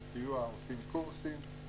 מעבירים קורסים.